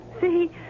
See